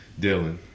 Dylan